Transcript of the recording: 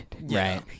right